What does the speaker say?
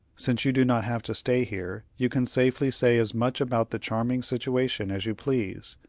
since you do not have to stay here, you can safely say as much about the charming situation as you please.